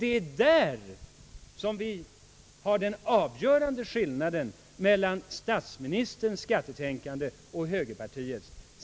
Det är där vi har den avgörande skillnaden mellan statsministerns skattetänkande och högerpartiets.